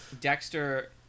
Dexter